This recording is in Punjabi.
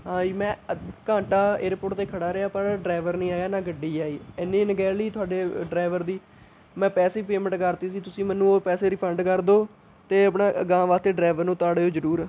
ਹਾਂਜੀ ਮੈਂ ਅੱਧ ਘੰਟਾ ਏਅਰਪੋਰਟ 'ਤੇ ਖੜ੍ਹਾ ਰਿਹਾ ਪਰ ਡਰਾਇਵਰ ਨਹੀਂ ਆਇਆ ਨਾ ਗੱਡੀ ਆਈ ਇੰਨੀ ਅਣਗਹਿਲੀ ਤੁਹਾਡੇ ਡਰਾਇਵਰ ਦੀ ਮੈਂ ਪੈਸੇ ਪੇਮੈਂਟ ਕਰਤੀ ਸੀ ਤੁਸੀਂ ਮੈਨੂੰ ਉਹ ਪੈਸੇ ਰਿਫੰਡ ਕਰ ਦਿਉ ਅਤੇ ਆਪਣਾ ਅਗਾਂਹ ਵਾਸਤੇ ਡਰਾਇਵਰ ਨੂੰ ਤਾੜਿਓ ਜ਼ਰੂਰ